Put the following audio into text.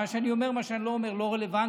מה שאני אומר ומה שאני לא אומר לא רלוונטי.